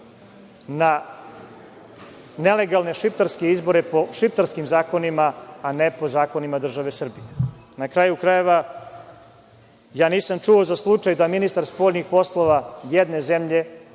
na nelegalne šiptarske izbore po šiptarskim zakonima, a ne po zakonima države Srbije. Na kraju krajeva, ja nisam čuo za slučaj da ministar spoljnih poslova jedne zemlje